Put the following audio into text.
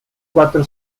quattro